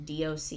DOC